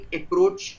approach